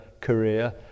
career